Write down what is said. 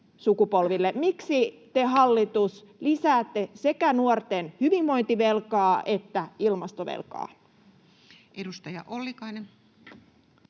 Miksi te, hallitus, lisäätte sekä nuorten hyvinvointivelkaa että ilmastovelkaa? [Speech 122] Speaker: